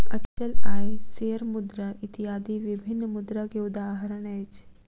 अचल आय, शेयर मुद्रा इत्यादि विभिन्न मुद्रा के उदाहरण अछि